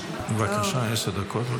השרה, עשר דקות.